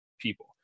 people